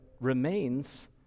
remains